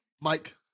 Mike